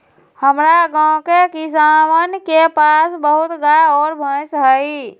हमरा गाँव के किसानवन के पास बहुत गाय और भैंस हई